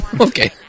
Okay